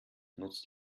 nutzt